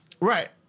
Right